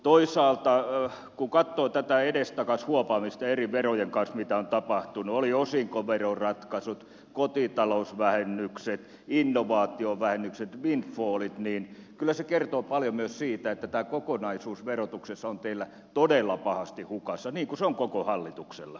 toisaalta kun katsoo tätä edestakaisin huopaamista eri verojen kanssa mitä on tapahtunut oli osinkoveroratkaisut kotitalousvähennykset innovaatiovähennykset windfallit niin kyllä se kertoo paljon myös siitä että tämä kokonaisuus verotuksessa on teillä todella pahasti hukassa niin kuin se on koko hallituksella